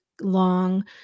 long